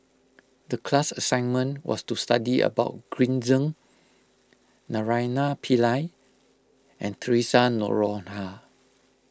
the class assignment was to study about Green Zeng Naraina Pillai and theresa Noronha